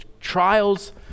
trials